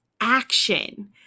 action